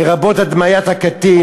לרבות הדמיית הקטין,